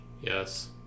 Yes